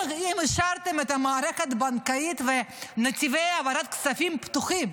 אם השארתם את המערכת הבנקאית ונתיבי העברת הכספים פתוחים?